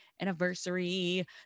anniversary